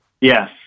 Yes